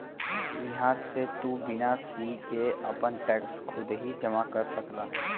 इहां से तू बिना सीए के आपन टैक्स खुदही जमा कर सकला